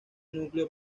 núcleo